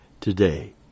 today